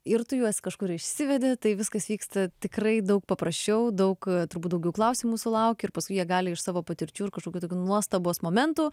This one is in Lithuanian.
ir tu juos kažkur išsivedi tai viskas vyksta tikrai daug paprasčiau daug turbūt daugiau klausimų sulauk ir paskui jie gali iš savo patirčių ir kažkokių tokių nuostabos momentų